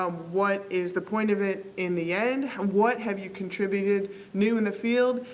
um what is the point of it in the end? what have you contributed new in the field?